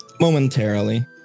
momentarily